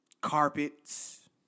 Carpets